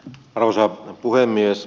arvoisa puhemies